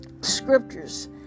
scriptures